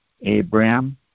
Abraham